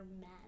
men